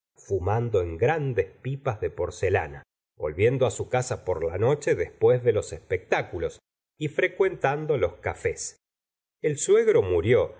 fumando en grandes pipas de porcelana volviendo á su casa por la noche después de los espectáculos y frecuentando los cafés el suegro murió